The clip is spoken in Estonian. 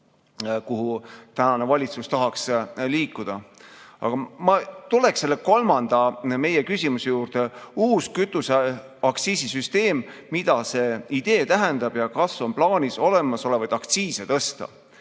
kuhu tänane valitsus tahaks liikuda, antakse. Aga ma tuleksin selle meie kolmanda küsimuse juurde: uus kütuseaktsiisi süsteem – mida see idee tähendab ja kas on plaanis olemasolevaid aktsiise tõsta?